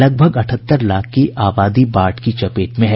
लगभग अठहत्तर लाख की आबादी बाढ़ की चपेट में है